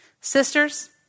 Sisters